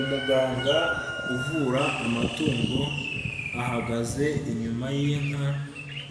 Umuganga uvura amatungo ahagaze inyuma y'inka